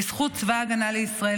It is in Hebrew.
בזכות צבא ההגנה לישראל,